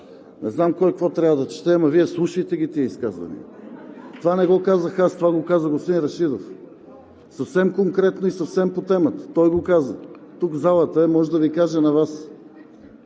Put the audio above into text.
не знам кой какво трябва да чете, но Вие слушайте тези изказвания! Това не го казах аз, това го каза господин Рашидов – съвсем конкретно и съвсем по темата. Той го каза. В залата е, може да Ви каже и на Вас.